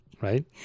Right